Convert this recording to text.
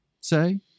say